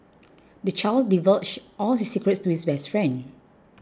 the child divulged all his secrets to his best friend